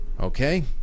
okay